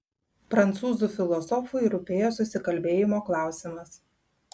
prancūzų filosofui rūpėjo susikalbėjimo klausimas